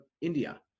India